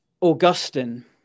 Augustine